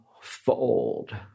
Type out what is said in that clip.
fold